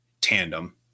tandem